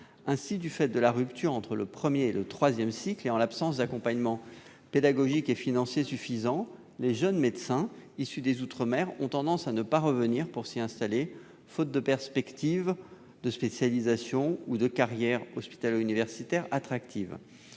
Ainsi, en raison de la rupture entre les premier et troisième cycles et en l'absence d'accompagnement pédagogique et financier suffisant, les jeunes médecins issus des outre-mer ont tendance à ne pas y revenir pour s'y installer, faute de perspectives de spécialisation ou de carrière hospitalo-universitaire attractive.